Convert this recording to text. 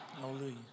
Hallelujah